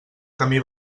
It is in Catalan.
camí